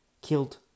killed